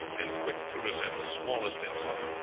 and quick to resent the smallest insult.